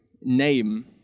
name